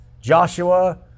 Joshua